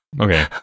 okay